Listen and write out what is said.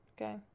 Okay